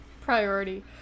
priority